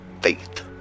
faith